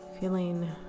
feeling